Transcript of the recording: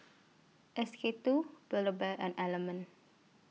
S K two Build A Bear and Element